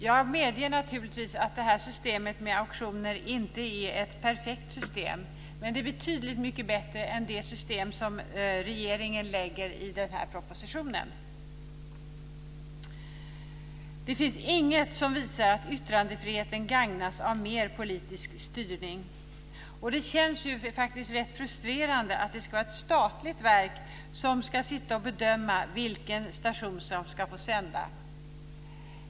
Jag medger naturligtvis att systemet med auktioner inte är ett perfekt system men betydligt mycket bättre än det system som regeringen lägger fram förslag om i propositionen. Det finns inget som visar att yttrandefriheten gagnas av mer politisk styrning. Det känns rätt frustrerande att det ska vara ett statligt verk som ska bedöma vilken station som får sända.